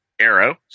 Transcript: Arrow